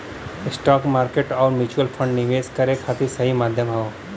stock market आउर mutual fund निवेश करे खातिर सही माध्यम हौ